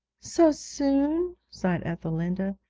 so soon sighed ethelinda.